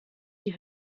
die